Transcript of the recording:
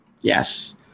Yes